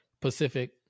Pacific